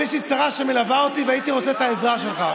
הוא אומר לי: יש לי צרה שמלווה אותי והייתי רוצה את העזרה שלך.